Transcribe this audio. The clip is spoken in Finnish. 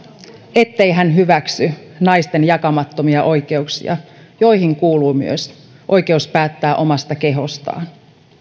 ettei hän hyväksy naisten jakamattomia oikeuksia joihin kuuluu myös oikeus päättää omasta kehostaan